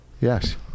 Yes